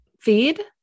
feed